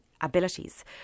abilities